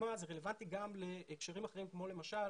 זה רלוונטי גם להקשרים אחרים כמו למשל